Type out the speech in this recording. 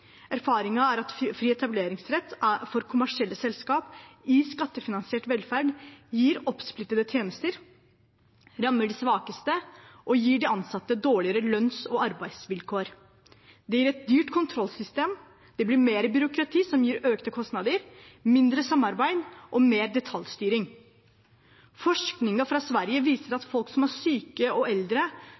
er at fri etableringsrett for kommersielle selskap i skattefinansiert velferd gir oppsplittede tjenester, rammer de svakeste og gir de ansatte dårligere lønns- og arbeidsvilkår. Det gir et dyrt kontrollsystem. Det blir mer byråkrati, som gir økte kostnader, mindre samarbeid og mer detaljstyring. Forskning fra Sverige viser at folk som er syke og eldre,